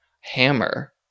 hammer